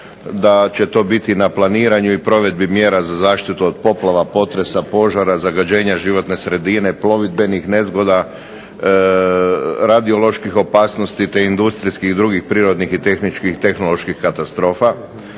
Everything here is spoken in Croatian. da će to biti na planiranju i provedbi mjera za zaštitu od poplava, potresa, požara, zagađenja životne sredine, plovidbenih nezgoda, radioloških opasnosti, te industrijskih i drugih prirodnih i tehničkih, tehnoloških katastrofa.